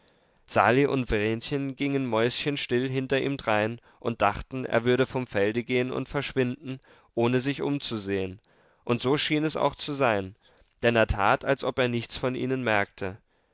sali und vrenchen gingen mäuschenstill hinter ihm drein und dachten er würde vom felde gehen und verschwinden ohne sich umzusehen und so schien es auch zu sein denn er tat als ob er nichts von ihnen merkte